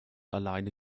allein